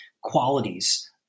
qualities